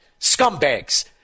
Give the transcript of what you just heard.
Scumbags